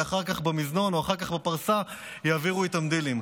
ואחר כך במזנון או אחר כך בפרסה יעבירו איתם דילים.